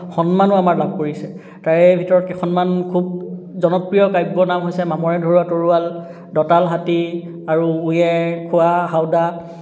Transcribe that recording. সন্মানো আমাৰ লাভ কৰিছে তাৰে ভিতৰত কেইখনমান খুব জনপ্ৰিয় কাব্যৰ নাম হৈছে মামৰে ধৰা তৰোৱাল দঁতাল হাতী আৰু উঁয়ে খোৱা হাওদা